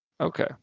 Okay